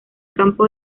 campo